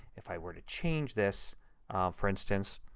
if i were to change this for instance,